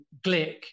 Glick